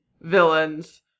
villains